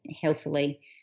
healthily